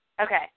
Okay